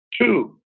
two